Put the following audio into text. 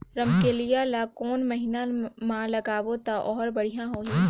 रमकेलिया ला कोन महीना मा लगाबो ता ओहार बेडिया होही?